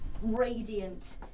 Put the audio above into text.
radiant